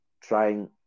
trying